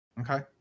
Okay